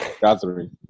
gathering